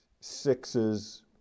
sixes